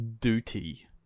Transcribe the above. Duty